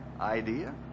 Idea